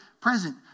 present